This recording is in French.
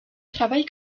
travaille